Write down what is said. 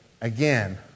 again